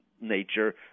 nature